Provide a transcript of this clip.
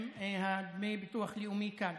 עם דמי הביטוח הלאומי כאן.